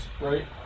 right